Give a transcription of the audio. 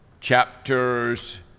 chapters